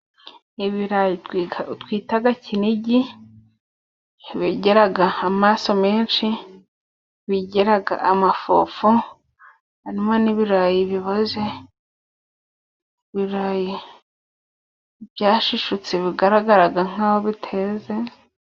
Ibirayi twitaga kinigi bigiraga, amaraso menshi, bigiraga amafufu, harimo n'ibirayi biboze, ibirayi byashishutse, bigaragaraga nkaho biteze.